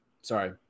sorry